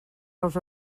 nous